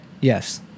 yes